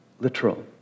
literal